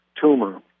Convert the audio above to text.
tumor